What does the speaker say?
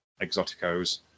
Exoticos